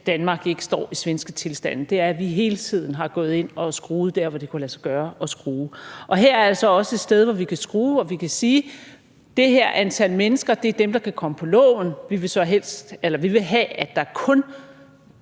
at Danmark ikke står med svenske tilstande – at vi hele tiden har gået ind og skruet der, hvor det kunne lade sig gøre at skrue. Og her er altså også et sted, hvor vi kan skrue, og hvor vi kan sige, at det her antal mennesker er dem, der kan komme på loven – og vi vil have, at der kun